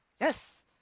Yes